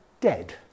dead